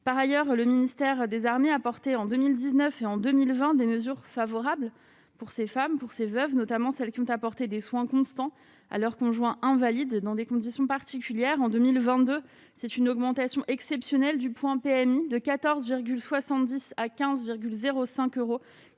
par ailleurs, le ministère des Armées porté en 2000 19 et en 2020, des mesures favorables pour ces femmes pour ces veuves, notamment celles qui ont apporté des soins constants à leur conjoint invalide dans des conditions particulières, en 2022, c'est une augmentation exceptionnelle du point PMU de 14,70 à 15 0 5 euros